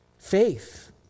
Faith